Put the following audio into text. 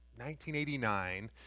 1989